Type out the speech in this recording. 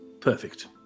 Perfect